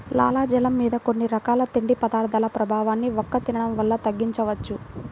లాలాజలం మీద కొన్ని రకాల తిండి పదార్థాల ప్రభావాన్ని వక్క తినడం వల్ల తగ్గించవచ్చు